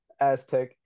Aztec